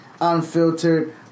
unfiltered